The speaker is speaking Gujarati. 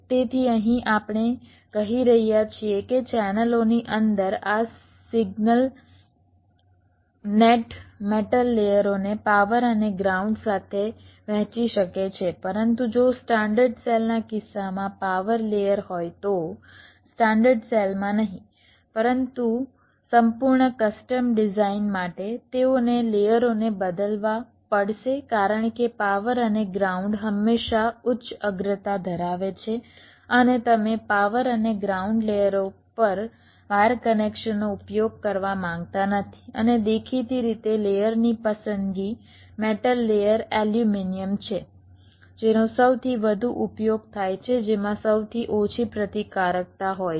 તેથી અહીં આપણે કહી રહ્યા છીએ કે ચેનલોની અંદર આ સિગ્નલ નેટ મેટલ લેયરોને પાવર અને ગ્રાઉન્ડ સાથે વહેંચી શકે છે પરંતુ જો સ્ટાન્ડર્ડ સેલના કિસ્સામાં પાવર લેયર હોય તો સ્ટાન્ડર્ડ સેલમાં નહીં પરંતુ સંપૂર્ણ કસ્ટમ ડિઝાઇન માટે તેઓને લેયરોને બદલવા પડશે કારણ કે પાવર અને ગ્રાઉન્ડ હંમેશા ઉચ્ચ અગ્રતા ધરાવે છે અને તમે પાવર અને ગ્રાઉન્ડ લેયરો પર વાયર કનેક્શનનો ઉપયોગ કરવા માંગતા નથી અને દેખીતી રીતે લેયરની પસંદગી મેટલ લેયર એલ્યુમિનિયમ છે જેનો સૌથી વધુ ઉપયોગ થાય છે જેમાં સૌથી ઓછી પ્રતિકારકતા હોય છે